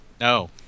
No